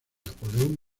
napoleón